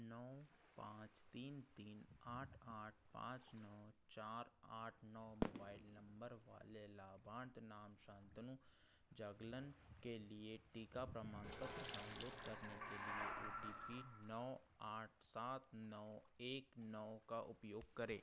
नौ पाँच तीन तीन आठ आठ पाँच नौ चार आठ नौ मोबाइल नम्बर वाले लाभार्थ नाम शांतनु जागलन के लिए टीका प्रमाणपत्र डाउनलोड करने के लिए ओ टी पी नौ आठ सात नौ एक नौ का उपयोग करें